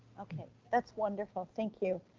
okay, that's wonderful. thank you.